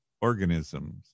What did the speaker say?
organisms